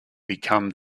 become